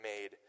made